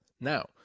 Now